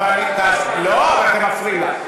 אבל, לא, אבל אתם מפריעים לה.